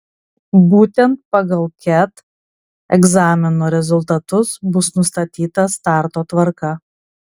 būtent pagal ket egzamino rezultatus bus nustatyta starto tvarka